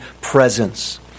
presence